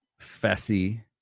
Fessy